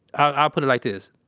i'll ah put it like this,